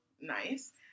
nice